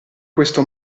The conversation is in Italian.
questo